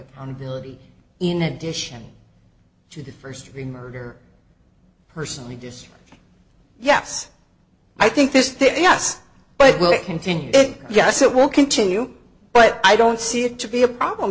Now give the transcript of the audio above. accountability in addition to the first degree murder personally just yes i think this yes but will it continue yes it will continue but i don't see it to be a problem